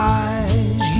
eyes